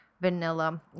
vanilla